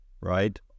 right